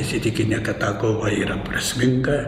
įsitikinę kad ta kova yra prasminga